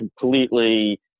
completely